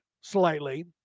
slightly